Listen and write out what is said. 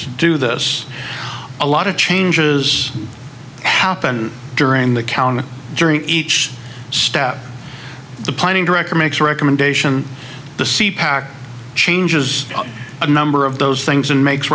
to do this a lot of changes happen during the counting during each step the planning director makes recommendation the changes a number of those things and makes